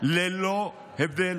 ללא הבדל